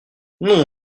non